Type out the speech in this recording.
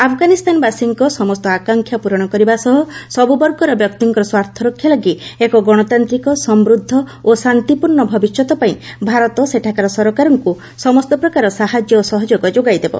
ଆଫଗାନିସ୍ତାନବାସୀଙ୍କ ସମସ୍ତ ଆକାଂକ୍ଷା ପ୍ରରଣ କରିବା ସହ ସବୁ ବର୍ଗର ବ୍ୟକ୍ତିଙ୍କ ସ୍ୱାର୍ଥରକ୍ଷା ଲାଗି ଏକ ଗଣତାନ୍ତିକ ସମୂଦ୍ଧ ଓ ଶାନ୍ତିପୂର୍ଣ୍ଣ ଭବିଷ୍ୟତ ପାଇଁ ଭାରତ ସେଠାକାର ସରକାରଙ୍କ ସମସ୍ତ ପ୍ରକାର ସାହାଯ୍ୟ ଓ ସହଯୋଗ ଯୋଗାଇଦେବ